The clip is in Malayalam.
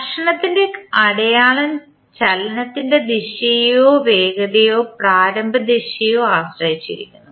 ഘർഷണത്തിൻറെ അടയാളം ചലനത്തിൻറെ ദിശയെയോ വേഗതയുടെ പ്രാരംഭ ദിശയെയോ ആശ്രയിച്ചിരിക്കുന്നു